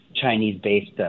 Chinese-based